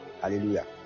Hallelujah